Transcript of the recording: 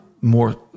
more